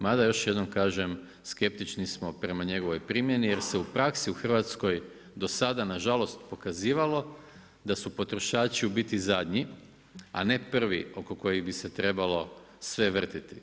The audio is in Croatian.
Mada još jednom kažem, skeptični smo prema njegovoj primjerni jer se u praksi u Hrvatskoj do sada nažalost pokazivalo da su potrošači u biti zadnji a ne prvi oko kojih bi se trebalo sve vrtjeti.